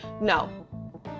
No